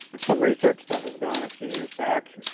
some research that was done a few years back,